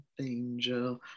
angel